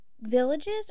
Villages